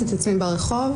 כחלק מהפעילות,